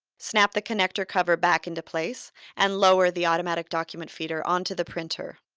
snap the connector cover back into place and lower the automatic document feeder onto the printer.